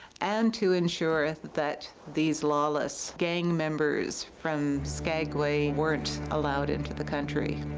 and to ensure that these lawless gang members from skagway weren't allowed into the country.